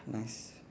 nice